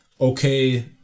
okay